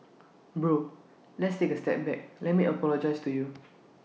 bro let's take A step back let me apologise to you